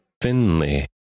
Finley